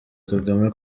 kagame